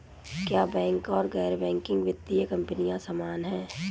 क्या बैंक और गैर बैंकिंग वित्तीय कंपनियां समान हैं?